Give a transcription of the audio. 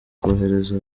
kohereza